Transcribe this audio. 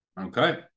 okay